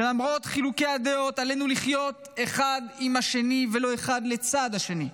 שלמרות חילוקי הדעות עלינו לחיות אחד עם השני ולא אחד לצד השני.